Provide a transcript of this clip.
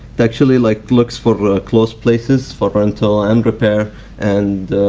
actually like looks for ah close places for rental and repair and